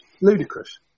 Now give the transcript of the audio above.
ludicrous